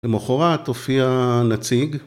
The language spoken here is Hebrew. למחרת הופיע נציג.